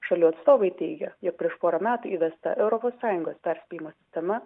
šalių atstovai teigia jog prieš porą metų įvesta europos sąjungos perspėjimo sistema